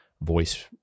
voice